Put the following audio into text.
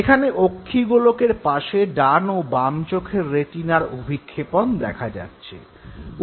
এখানে অক্ষিগোলকের পাশে ডান ও বাম চোখের রেটিনার অভিক্ষেপন দেখা যাচ্ছে